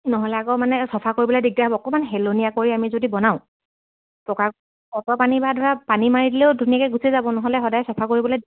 নহ'লে আকৌ মানে চফা কৰিবলৈ দিগদাৰ হ'ব অকণমান হেলনীয়া কৰি আমি যদি বনাওঁ পকা পানী বা ধৰা পানী মাৰি দিলেও ধুনীয়াকৈ গুচি যাব নহ'লে সদায় চফা কৰিবলৈ